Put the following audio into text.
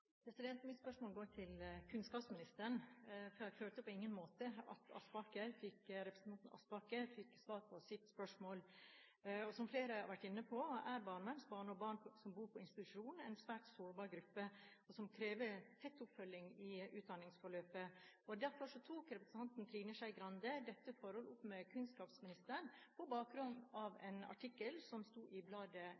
Mitt spørsmål går til kunnskapsministeren, for jeg følte på ingen måte at representanten Aspaker fikk svar på sitt spørsmål. Som flere har vært inne på, er barnevernsbarn og barn som bor på institusjon, en svært sårbar gruppe og krever tett oppfølging i utdanningsforløpet. Derfor tok representanten Trine Skei Grande dette forholdet opp med kunnskapsministeren på bakgrunn av